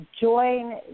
join